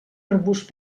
arbust